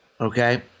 Okay